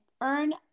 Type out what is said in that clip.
earn